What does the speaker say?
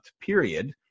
period